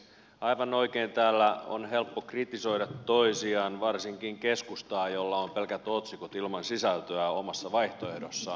aivan oikein täällä on helppo kritisoida toisiaan varsinkin keskustaa jolla on pelkät otsikot ilman sisältöä omassa vaihtoehdossaan